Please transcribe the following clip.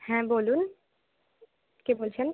হ্যাঁ বলুন কে বলছেন